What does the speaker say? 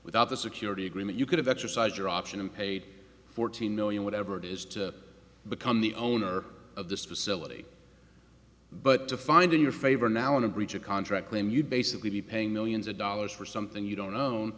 without the security agreement you could have exercise your option and paid fourteen million whatever it is to become the owner of this facility but to find in your favor now on a breach of contract claim you'd basically be paying millions of dollars for something you don't own